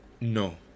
no